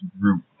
group